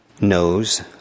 knows